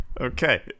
Okay